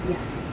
Yes